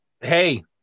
Hey